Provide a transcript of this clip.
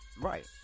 Right